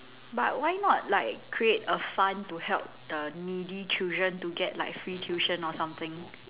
but why not like create a fund to help the needy children to get like tuition or something